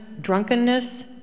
drunkenness